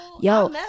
Yo